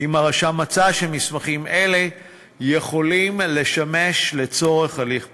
אם מצא שמסמכים אלה יכולים לשמש לצורכי הליך פלילי,